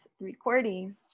recording